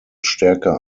stärker